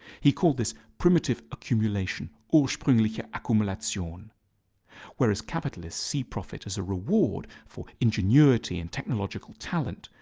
he called this primitive accumulation ursprungliche akkumulation whereas capitalists see profit as a reward for ingenuity and technological talent,